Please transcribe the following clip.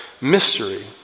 mystery